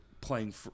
playing